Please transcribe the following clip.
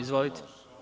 Izvolite.